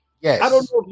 yes